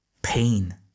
pain